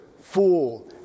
fool